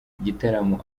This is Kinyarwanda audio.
igitaramo